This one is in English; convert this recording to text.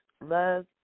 Love